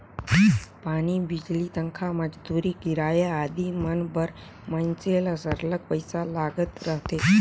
पानी, बिजली, तनखा, मंजूरी, किराया आदि मन बर मइनसे ल सरलग पइसा लागत रहथे